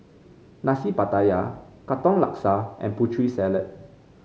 Nasi Pattaya Katong Laksa and Putri Salad